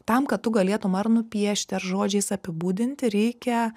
tam kad tu galėtum ar nupiešti ar žodžiais apibūdinti reikia